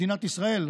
מדינת ישראל,